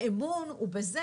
האמון הוא בזה,